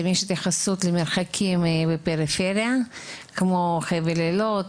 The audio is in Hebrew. האם יש התייחסות למרחקים בפריפריה כמו חבל איילות,